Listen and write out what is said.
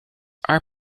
are